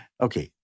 Okay